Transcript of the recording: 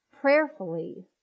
prayerfully